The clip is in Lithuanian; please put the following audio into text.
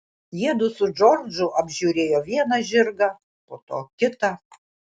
jiedu su džordžu apžiūrėjo vieną žirgą po to kitą